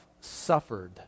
suffered